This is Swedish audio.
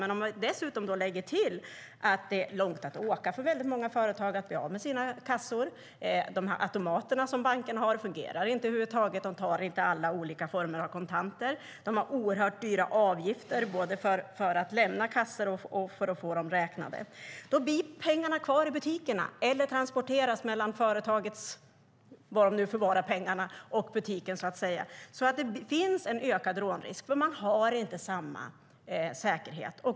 Å andra sidan har många företag långt att åka för att bli av med sina kassor, bankernas automater fungerar inte och tar inte alla former av kontanter och avgifterna är höga både för att lämna kassor och för att få dem räknade. Då blir pengarna kvar i butikerna eller transporteras mellan företaget och butiken, och det finns en ökad rånrisk eftersom man inte har samma säkerhet.